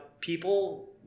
people